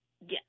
Yes